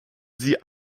sie